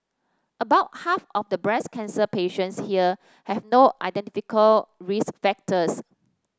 about half of the breast cancer patients here have no identifiable risk factors